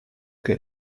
che